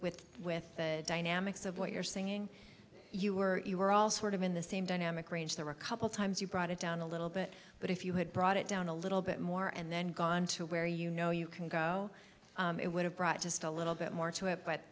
with with the dynamics of what you're singing you were you were all sort of in the same dynamic range there were a couple times you brought it down a little bit but if you had brought it down a little bit more and then gone to where you know you can go it would have brought just a little bit more to it but